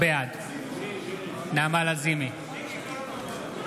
בעד נעמה לזימי,